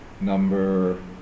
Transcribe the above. number